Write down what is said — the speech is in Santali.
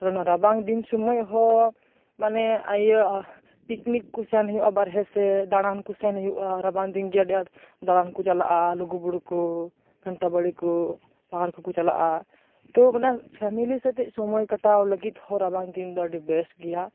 ᱠᱟᱨᱚᱱ ᱨᱟᱵᱟᱝ ᱫᱤᱱ ᱥᱳᱢᱚᱭ ᱦᱚᱸ ᱢᱟᱱᱮ ᱤᱭᱟᱹ ᱯᱤᱠᱱᱤᱠ ᱠᱚ ᱥᱮᱱ ᱦᱩᱭᱩᱜᱼᱟ ᱵᱟᱨᱦᱮ ᱥᱮᱫ ᱫᱟᱬᱟᱱ ᱠᱚ ᱥᱮᱱ ᱦᱩᱭᱩᱜᱼᱟ ᱨᱟᱵᱟᱝ ᱫᱤᱱ ᱜᱮ ᱟᱹᱰᱤ ᱟᱸᱴ ᱫᱟᱬᱟᱱ ᱠᱚ ᱪᱟᱞᱟᱜᱼᱟ ᱞᱩᱜᱩᱵᱩᱨᱩ ᱠᱚ ᱜᱷᱟᱱᱴᱟ ᱵᱟᱲᱤ ᱠᱚ ᱯᱟᱦᱟᱲ ᱠᱚ ᱠᱚ ᱪᱟᱞᱟᱜᱼᱟ ᱛᱚ ᱢᱟᱱᱮ ᱯᱷᱮᱢᱮᱞᱤ ᱥᱟᱛᱮᱫ ᱥᱳᱢᱚᱭ ᱠᱟᱴᱟᱣ ᱞᱟᱹᱜᱤᱫ ᱦᱚᱸ ᱨᱟᱵᱟᱝ ᱫᱤᱱ ᱟᱹᱰᱤ ᱵᱮᱥᱴ ᱜᱮᱭᱟ